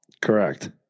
Correct